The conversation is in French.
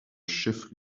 chef